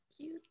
Cute